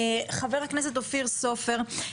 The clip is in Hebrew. חה"כ אופיר סופר,